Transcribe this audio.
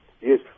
Yes